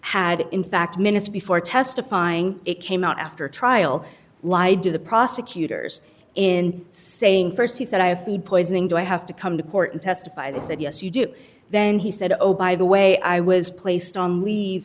had in fact minutes before testifying it came out after trial lied to the prosecutors in saying first he said i have food poisoning do i have to come to court and testify they said yes you do then he said oh by the way i was placed on leave